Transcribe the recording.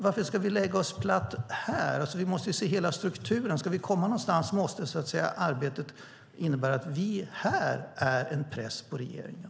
Varför ska vi lägga oss platt här? Vi måste ju se hela strukturen. Ska vi komma någonstans måste arbetet innebära att vi här är en press på regeringen.